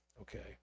okay